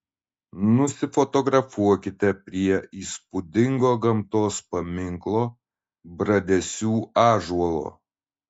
nusifotografuokite prie įspūdingo gamtos paminklo bradesių ąžuolo